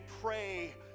pray